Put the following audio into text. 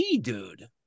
dude